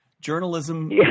Journalism